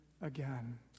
again